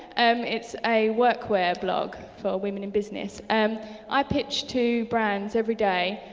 um it's a work wear blog for women in business. and i pitch to brands everyday,